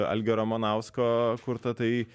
algio ramanausko kurtą tai